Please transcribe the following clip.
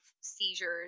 seizures